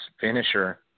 finisher